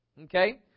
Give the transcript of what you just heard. Okay